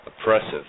oppressive